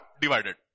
divided